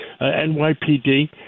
NYPD